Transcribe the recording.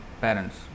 parents